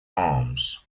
arms